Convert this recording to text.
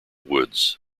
woods